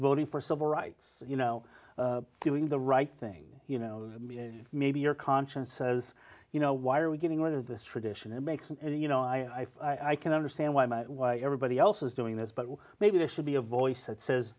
voting for civil rights you know doing the right thing you know maybe your conscience says you know why are we getting rid of this tradition and makes and you know i i can understand why everybody else is doing this but maybe there should be a voice that says